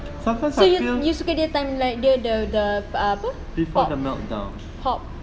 so you suka dia time like dia the the the apa pop pop